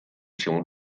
się